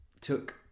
took